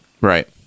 Right